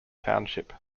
township